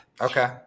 Okay